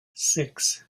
six